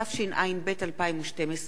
התשע"ב 2012,